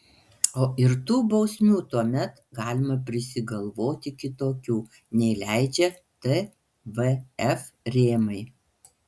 o ir tų bausmių tuomet galima prisigalvoti kitokių nei leidžia tvf rėmai